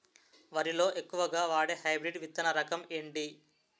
వరి లో ఎక్కువుగా వాడే హైబ్రిడ్ విత్తన రకం ఏంటి?